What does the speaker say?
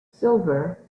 silver